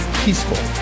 peaceful